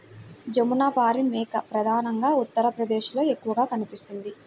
జమునపారి మేక ప్రధానంగా ఉత్తరప్రదేశ్లో ఎక్కువగా కనిపిస్తుంది